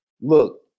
Look